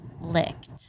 licked